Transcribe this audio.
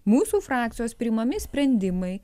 mūsų frakcijos priimami sprendimai